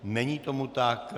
Není tomu tak.